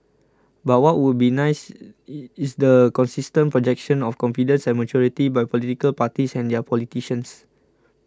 but what would be nice is the consistent projection of confidence and maturity by political parties and their politicians